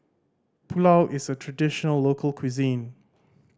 pulao is a traditional local cuisine